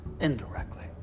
indirectly